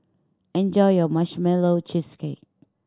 enjoy your Marshmallow Cheesecake